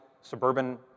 suburban